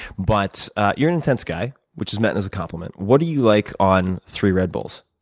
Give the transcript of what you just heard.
but you're an intense guy, which is meant as a compliment. what are you like on three red bulls?